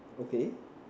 okay